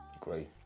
Great